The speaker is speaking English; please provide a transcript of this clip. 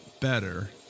better